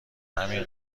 همین